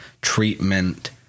treatment